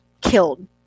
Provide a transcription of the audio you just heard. killed